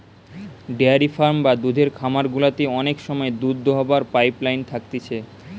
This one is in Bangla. ডেয়ারি ফার্ম বা দুধের খামার গুলাতে অনেক সময় দুধ দোহাবার পাইপ লাইন থাকতিছে